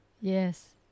Yes